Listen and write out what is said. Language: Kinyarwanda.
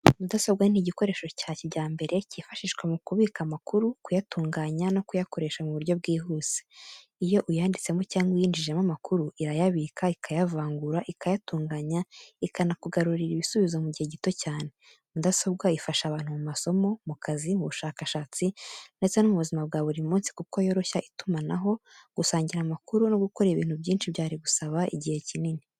Mudasobwa ni igikoresho cya kijyambere cyifashishwa mu kubika amakuru, kuyatunganya no kuyakoresha mu buryo bwihuse. Iyo uyanditsemo cyangwa uyinjijemo amakuru, irayabika, ikayavangura, ikayatunganya ikanakugarurira ibisubizo mu gihe gito cyane. Mudasobwa ifasha abantu mu masomo, mu kazi, mu bushakashatsi ndetse no mu buzima bwa buri munsi kuko yoroshya itumanaho, gusangira amakuru no gukora ibintu byinshi byari gusaba igihe kinini.